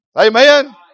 Amen